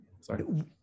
Sorry